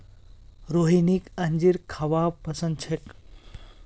रोहिणीक अंजीर खाबा पसंद छेक